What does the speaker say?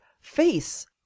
face